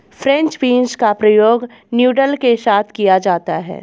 French beans का प्रयोग noodles के साथ किया जाता है